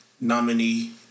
nominee